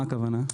מה הכוונה?